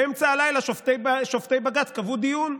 באמצע הלילה שופטי בג"ץ קבעו דיון,